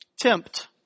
tempt